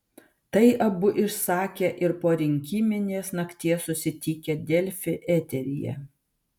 tai abu išsakė ir po rinkiminės nakties susitikę delfi eteryje